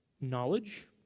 knowledge